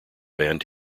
banned